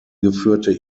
geführte